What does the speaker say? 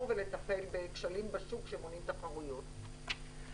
ולטפל בכשלים בשוק שמונעים תחרויות.